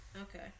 Okay